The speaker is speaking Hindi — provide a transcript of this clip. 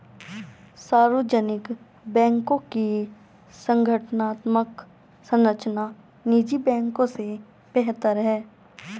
सार्वजनिक बैंकों की संगठनात्मक संरचना निजी बैंकों से बेहतर है